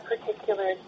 particular